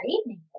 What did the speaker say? evening